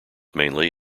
mainly